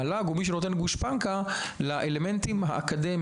המל"ג הוא מי שנותן גושפנקה לאלמנטים האקדמיים,